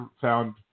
found